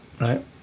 right